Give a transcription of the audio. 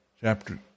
Chapter